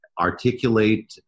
articulate